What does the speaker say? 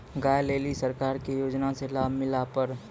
गाय ले ली सरकार के योजना से लाभ मिला पर?